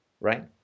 right